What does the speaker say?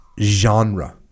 genre